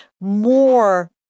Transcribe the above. more